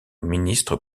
ministre